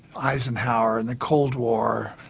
eisenhower and the cold war,